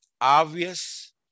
obvious